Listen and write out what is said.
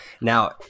now